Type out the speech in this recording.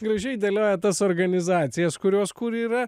gražiai dėliojat tas organizacijas kurios kur yra